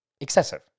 excessive